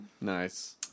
Nice